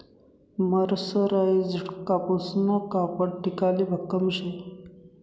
मरसराईजडं कापूसनं कापड टिकाले भक्कम शे